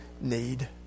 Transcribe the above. need